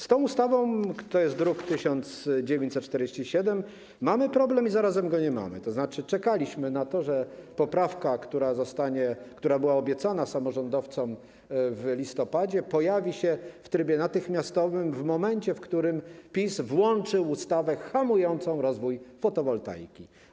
Z tą ustawą - to jest druk nr 1947 - mamy problem i zarazem go nie mamy, tzn. czekaliśmy na to, że poprawka, która była obiecana samorządowcom w listopadzie, pojawi się w trybie natychmiastowym w momencie, w którym PiS włączy ustawę hamującą rozwój fotowoltaiki.